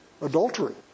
adultery